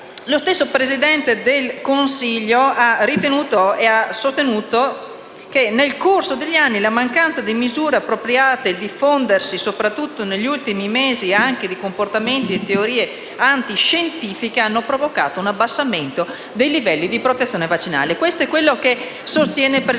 effetti il Presidente del Consiglio ha sostenuto che nel corso degli anni la mancanza di misure appropriate e il diffondersi, soprattutto negli ultimi mesi, anche di comportamenti e teorie antiscientifiche, hanno provocato un abbassamento dei livelli di protezione vaccinale. Questo è quanto sostiene il Presidente